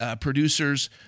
producers